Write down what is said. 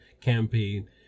campaign